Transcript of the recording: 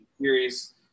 series